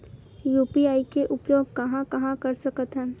UPI के उपयोग कहां कहा कर सकत हन?